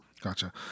Gotcha